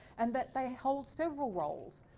and that they hold several roles.